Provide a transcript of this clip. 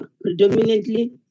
predominantly